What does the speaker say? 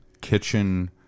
kitchen